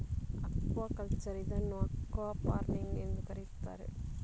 aquaculture ಇದನ್ನು aquafarming ಎಂದೂ ಕರೆಯುತ್ತಾರೆ